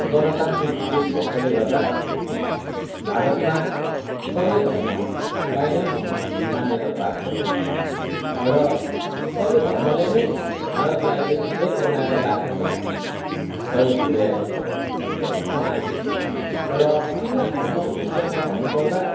गणतान्त्रिक देश भएकोले गर्दा भारतमा सबै धर्मलाई नै मान्यता प्राप्त छ र सबै धर्मले नै भारतलाई चाहिँ एक बनाएर राख्नमा सहयोग पुऱ्याएको छ म भन्नु चाहन्छु र अन्य धर्मको विषयमा भन्नु पर्दा